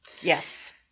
yes